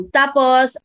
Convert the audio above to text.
tapos